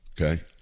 Okay